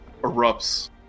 erupts